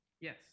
Yes